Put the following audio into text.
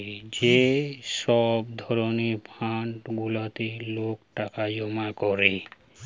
যে সব ধরণের ফান্ড গুলাতে লোক টাকা জমা করে